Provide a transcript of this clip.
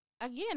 Again